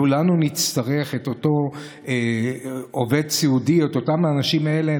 כולנו נצטרך את אותו עובד סיעוד, את האנשים האלה.